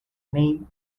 name